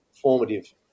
formative